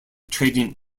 trading